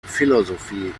philosophie